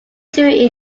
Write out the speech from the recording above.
drew